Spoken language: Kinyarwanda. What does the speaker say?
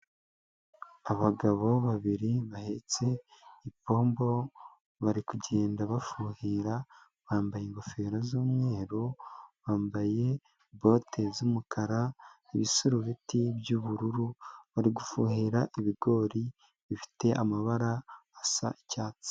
Abagabo babiri bahetse ipombo, bari kugenda bafuhira, bambaye ingofero z'umweru, bambaye bote z'umukara, ibisurubeti by'ubururu, bari gufuhira ibigori bifite amabara asa icyatsi.